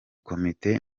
komite